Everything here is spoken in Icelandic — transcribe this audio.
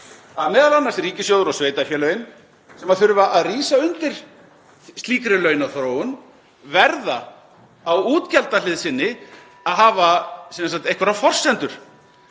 að m.a. ríkissjóður og sveitarfélögin sem þurfa að rísa undir slíkri launaþróun verða á útgjaldahlið sinni að hafa einhverjar forsendur